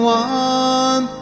one